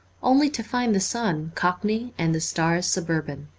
only to find the sun cockney and the stars suburban.